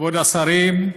כבוד השרים,